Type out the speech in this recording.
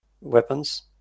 weapons